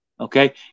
Okay